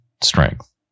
strength